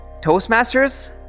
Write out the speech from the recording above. Toastmasters